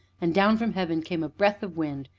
and down from heaven came a breath of wind,